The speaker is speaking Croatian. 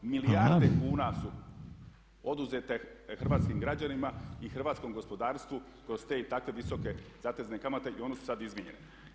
Milijarde kuna su oduzete hrvatskim građanima i hrvatskom gospodarstvu kroz te i takve visoke zatezne kamate i one su sada izmijenjene.